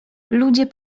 ludzie